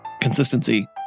consistency